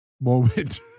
moment